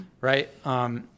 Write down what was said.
right